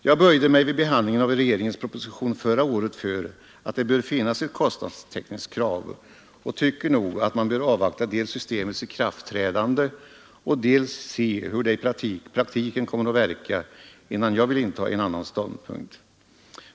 Jag böjde mig vid behandlingen av regeringens proposition förra året för att det bör finnas ett kostnadstäckningskrav och tycker att jag bör dels avvakta systemets ikraftträdande, dels se hur det i praktiken kommer att verka, innan jag intar en annan ståndpunkt.